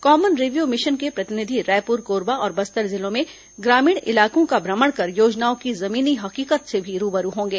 common review mission के प्रतिनिधि रायपुर कोरबा और बस्तर जिलों में ग्रामीण इलाकों का भ्रमण कर योजनाओं की जमीनी हकीकत से भी रूबरू होंगे